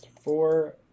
four